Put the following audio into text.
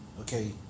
Okay